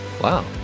Wow